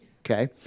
okay